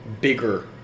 bigger